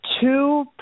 two